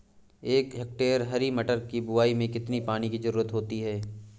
एक हेक्टेयर हरी मटर की बुवाई में कितनी पानी की ज़रुरत होती है?